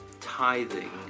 tithing